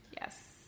Yes